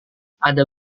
ada